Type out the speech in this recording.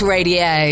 Radio